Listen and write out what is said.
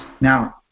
now